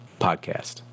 podcast